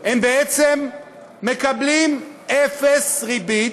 הם בעצם מקבלים אפס ריבית,